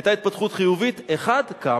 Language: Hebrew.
היתה התפתחות חיובית, אחד קם,